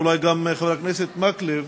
ואולי גם חבר הכנסת מקלב,